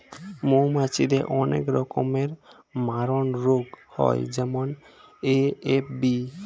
মৌমাছিদের অনেক রকমের মারণরোগ হয় যেমন এ.এফ.বি